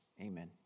amen